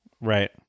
Right